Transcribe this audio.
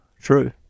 True